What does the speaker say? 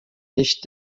nicht